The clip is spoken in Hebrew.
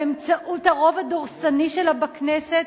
באמצעות הרוב הדורסני שלה בכנסת,